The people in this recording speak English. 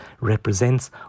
represents